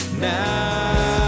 Now